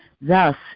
thus